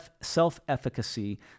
self-efficacy